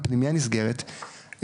הפנימייה נסגרת,